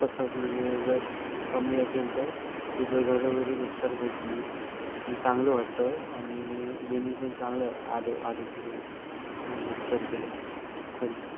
तसंच म्हणजे जर कमी असेल तर इथं घरोघरीच उपचार करतो मी चांगलं वाटतं आणि चांगलं आ आरोग्य उपचार केल्यावर धन्यवाद